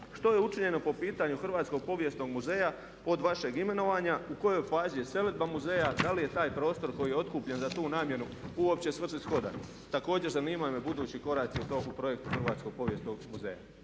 što je učinjeno po pitanju Hrvatskog povijesnog muzeja od vašeg imenovanja? U kojoj fazi je selidba muzeja, da li je taj prostor koji je otkupljen za tu namjenu uopće svrsishodan? Također, zanimaju me budući koraci u toku projekta Hrvatskog povijesnog muzeja?